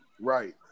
right